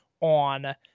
on